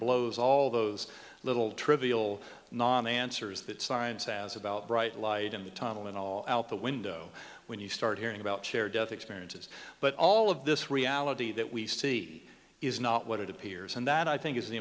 blows all those little trivial non answers that science has about bright light in the tunnel and all out the window when you start hearing about shared death experiences but all of this reality that we see is not what it appears and that i think is the